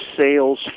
sales